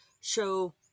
show